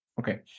okay